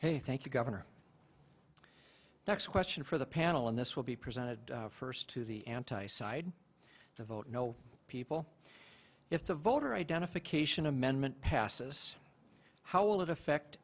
hey thank you governor next question for the panel and this will be presented first to the anti side to vote no people if the voter identification amendment passes how will it affect